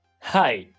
Hi